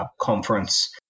conference